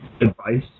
advice